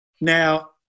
Now